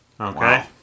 Okay